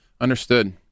understood